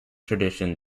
tradition